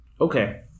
Okay